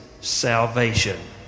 salvation